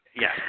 Yes